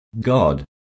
God